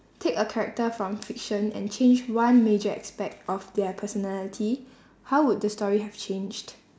take a character from fiction and change one major aspect of their personality how would the story have changed